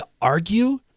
argue